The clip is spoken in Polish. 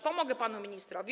Pomogę panu ministrowi.